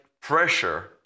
pressure